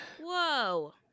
Whoa